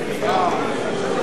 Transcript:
בבקשה.